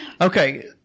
Okay